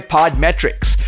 Podmetrics